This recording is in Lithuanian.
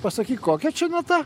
pasakyk kokia čia nata